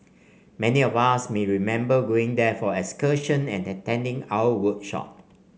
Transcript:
many of us may remember going there for excursions and attending our workshop